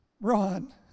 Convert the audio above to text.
Ron